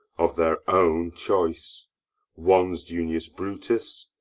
of their own choice one's junius brutus,